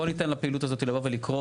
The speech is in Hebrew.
בואו ניתן לפעילות הזאת לבוא ולקרות,